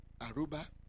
Aruba